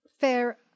Fair